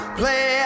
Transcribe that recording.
play